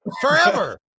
Forever